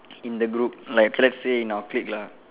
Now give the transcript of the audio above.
in the group like let's say in our clique lah